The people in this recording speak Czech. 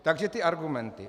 Takže ty argumenty.